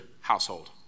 household